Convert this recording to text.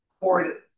board